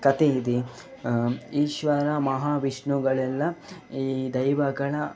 ಕಥೆ ಇದೆ ಈಶ್ವರ ಮಹಾವಿಷ್ಣುಗಳೆಲ್ಲ ಈ ದೈವಗಳ